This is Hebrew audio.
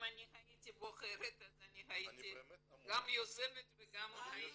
אם הייתי בוחרת הייתי גם יוזמת וגם באה לכאן.